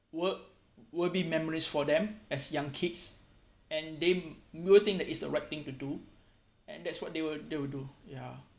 would worthy memories for them as young kids and them would will think is the right thing to do and that's what they would they will do ya